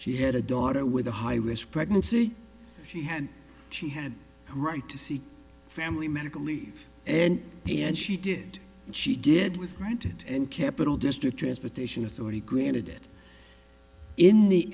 she had a daughter with a high risk pregnancy she had she had a right to seek family medical leave and he and she did and she did with granted and capital district transportation authority granted in the